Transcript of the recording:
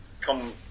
come